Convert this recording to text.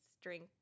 drink